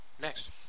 Next